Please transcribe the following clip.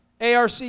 ARC